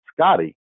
Scotty